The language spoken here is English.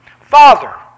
Father